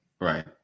Right